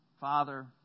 Father